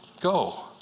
go